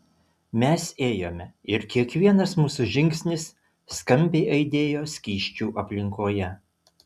mes ėjome ir kiekvienas mūsų žingsnis skambiai aidėjo skysčių aplinkoje